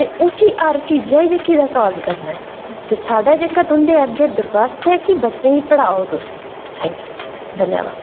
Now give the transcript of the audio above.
तां उसी हर चीज़ै गी सॉल्व करना ऐ ते साढ़ा जेह्का तुंदे अग्गें दरखास्त ऐ की बच्चें गी पढ़ाओ तुस थैंक यू धन्यबाद